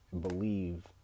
believe